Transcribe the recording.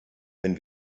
wenn